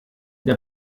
der